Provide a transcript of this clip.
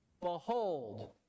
behold